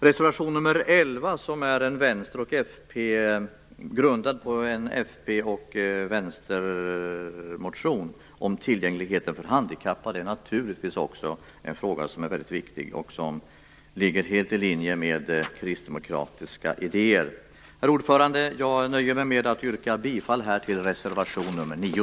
Reservation nr 11, grundad på en fp och v-motion om tillgängligheten för handikappade, är naturligtvis också en fråga som är viktig och ligger helt i linje med kristdemokratiska idéer. Herr talman! Jag nöjer mig med att yrka bifall till reservation nr 9.